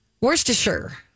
Worcestershire